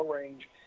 range